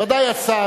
ודאי השר,